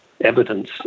evidence